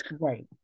right